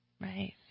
Right